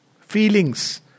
Feelings